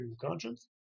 conscience